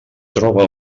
troba